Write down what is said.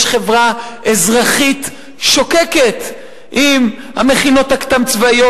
יש חברה אזרחית שוקקת עם המכינות הקדם-צבאיות,